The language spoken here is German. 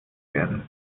werden